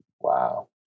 Wow